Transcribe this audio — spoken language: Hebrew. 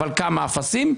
אבל כמה אפסים,